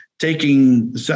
taking